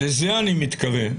לזה אני מתכוון.